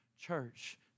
Church